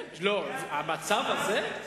המצב הזה?